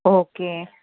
okay